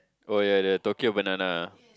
oh ya the Tokyo banana